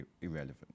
irrelevant